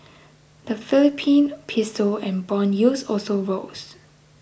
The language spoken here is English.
the Philippine piso and bond yields also rose